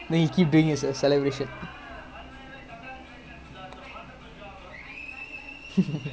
oh ya I remember the toriso the you know the இந்த:intha team the athletic the long shirt legit that was so nice